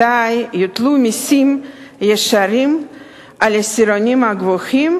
מתי יוטלו מסים ישירים על העשירונים הגבוהים,